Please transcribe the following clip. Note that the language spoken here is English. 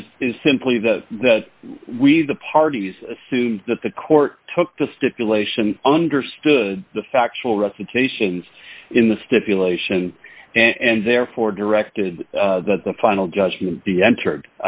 is is simply the that we the parties assume that the court took the stipulation understood the factual recitations in the stipulation and therefore directed that the final judgment be entered